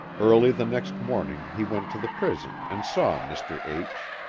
early the next morning he went to the prison and saw mr. h.